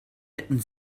hätten